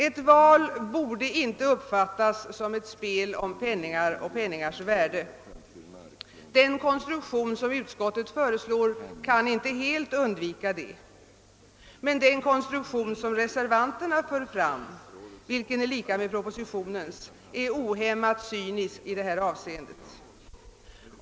Ett val borde inte uppfattas som ett spel om penningar och penningars värde. Den konstruktion som utskottet föreslår kan inte helt undvika detta. Men den konstruktion som reservanterna för fram, vilken är lika med propositionens, är ohämmat cynisk i detta avseende.